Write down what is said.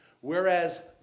Whereas